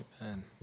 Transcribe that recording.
amen